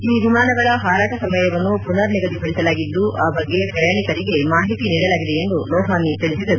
ಈ ವಿಮಾನಗಳ ಹಾರಾಟ ಸಮಯವನ್ನು ಪುನರ್ ನಿಗದಿ ಪಡಿಸಲಾಗಿದ್ದು ಆ ಬಗ್ಗೆ ಪ್ರಯಾಣಿಕರಿಗೆ ಮಾಹಿತಿ ನೀಡಲಾಗಿದೆ ಎಂದು ಲೋಹಾನಿ ತಿಳಿಸಿದರು